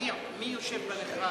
מי יושב במכרז?